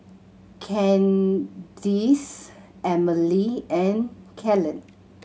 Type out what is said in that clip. Candyce Emelie and Kellen